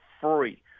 free